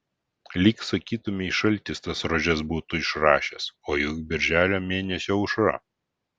lyg sakytumei šaltis tas rožes būtų išrašęs o juk birželio mėnesio aušra